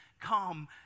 come